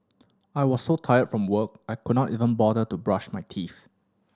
I was so tired from work I could not even bother to brush my teeth